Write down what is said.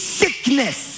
sickness